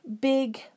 big